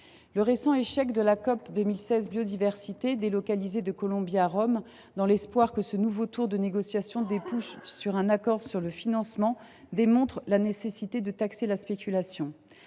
Le récent échec de la COP16 sur la biodiversité, délocalisée de Colombie à Rome dans l’espoir que ce nouveau tour de négociation débouche sur un accord sur le financement, démontre la nécessité de taxer la spéculation.